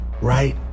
right